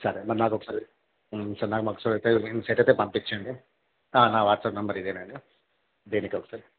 సరే మరి నాకు ఒకసారి నాకు ఒకసారి అయితే సెట్అప్ పంపించండి నా వాట్సాప్ నెంబర్ ఇదేఅండి దీనికే వస్తాయి